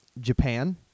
Japan